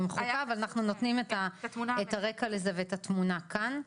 בחוקה ואנחנו נותנים את הרקע לזה ואת התמונה כאן.